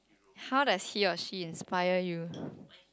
how does he or she inspire you